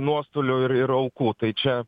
nuostolių ir ir aukų tai čia